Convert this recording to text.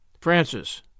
Francis